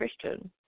Christian